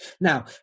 Now